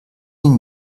ihn